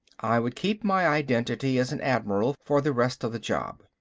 i would keep my identity as an admiral for the rest of the job.